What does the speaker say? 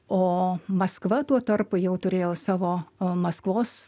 o maskva tuo tarpu jau turėjo savo maskvos